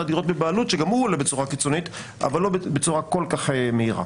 הדירות בבעלות שגם הוא עולה בצורה קיצונית אבל לא כל כך מהירה.